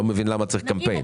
אני לא מבין למה צריך קמפיין.